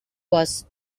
was